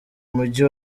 mujyi